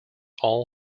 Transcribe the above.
all